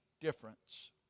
difference